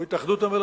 או התאחדות המלונות,